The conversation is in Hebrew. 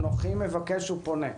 אנוכי מבקש ופונה אליהם,